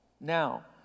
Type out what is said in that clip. Now